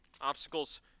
Obstacles